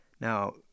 Now